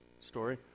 story